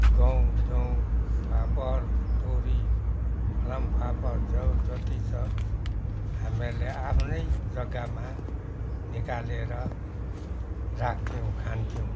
गहुँ जौँ फापर तोरी फलाम फापर जौँ जति छ हामीहरूले आफ्नै जग्गामा निकालेर राख्थ्यौँ खान्थ्यौँ